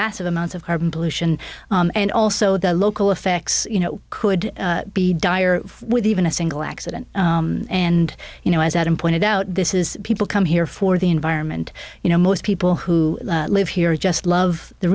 massive amounts of carbon pollution and also the local effects you know could be dire with even a single accident and you know as adam pointed out this is people come here for the environment you know most people who live here just love the